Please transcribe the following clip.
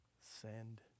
send